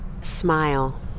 Smile